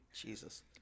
Jesus